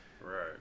Right